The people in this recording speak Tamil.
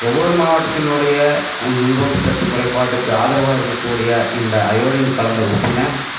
ஒவ்வொரு மாவட்டத்தினுடைய நுன்னூட்ட சத்து குறைபாட்டுக்கு ஆதரவாக இருக்கக்கூடிய இந்த அயோடின் கலந்த உப்பினை